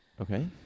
okay